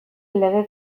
lege